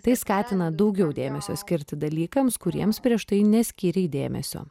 tai skatina daugiau dėmesio skirti dalykams kuriems prieš tai neskyrei dėmesio